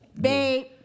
babe